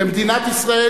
ומדינת ישראל,